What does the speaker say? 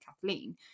Kathleen